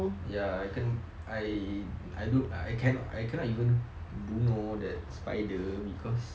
ya I think I I don't I cannot I cannot even bunuh that spider because